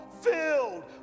filled